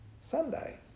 Sunday